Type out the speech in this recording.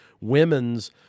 women's